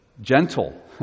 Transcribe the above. gentle